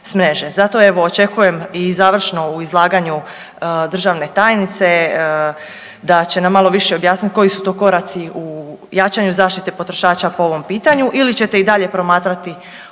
evo očekujem i završno u izlaganju državne tajnice da će nam malo više objasniti koji su to koraci u jačanju zaštite potrošača po ovom pitanju ili ćete i dalje promatrati ovakvu